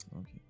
okay